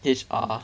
H_R